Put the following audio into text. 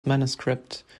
manuscript